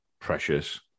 precious